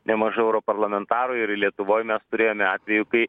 nemažai europarlamentarų ir lietuvoj mes turėjome atvejų kai